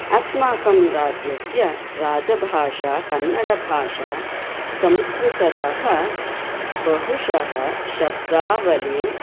अस्माकं राज्यस्य राजभाषा कन्नडभाषा संस्कृततः बहुशः शब्दावलीं